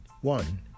One